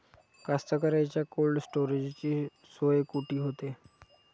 कास्तकाराइच्या कोल्ड स्टोरेजची सोय कुटी होते?